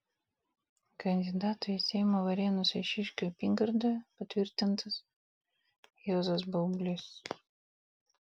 kandidatu į seimą varėnos eišiškių apygardoje patvirtintas juozas baublys